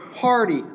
party